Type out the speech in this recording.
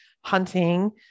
hunting